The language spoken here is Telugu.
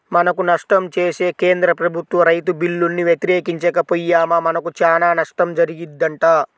మనకు నష్టం చేసే కేంద్ర ప్రభుత్వ రైతు బిల్లుల్ని వ్యతిరేకించక పొయ్యామా మనకు చానా నష్టం జరిగిద్దంట